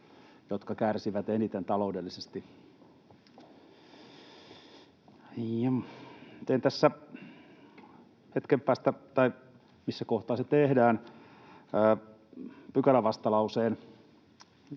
jotka kärsivät eniten taloudellisesti. Teen tässä hetken päästä — tai missä kohtaa se tehdäänkään — pykälävastalauseen